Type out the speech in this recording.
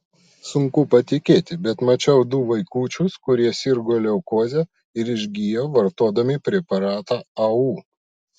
sunku patikėti bet mačiau du vaikučius kurie sirgo leukoze ir išgijo vartodami preparatą au